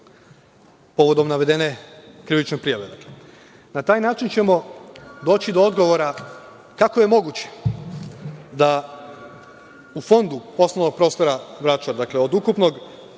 povodom navedene krivične prijave. Na taj način ćemo doći do odgovora - kako je moguće da u fondu poslovnog prostora Vračar, dakle, od ukupnog